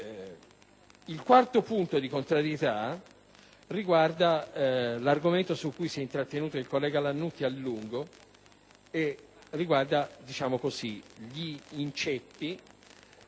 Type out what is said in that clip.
Il quarto punto di contrarietà riguarda l'argomento su cui si è intrattenuto il collega Lannutti a lungo: mi riferisco agli inceppi